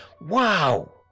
Wow